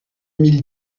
mille